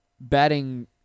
batting